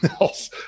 else